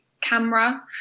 camera